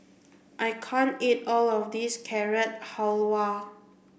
I can't eat all of this Carrot Halwa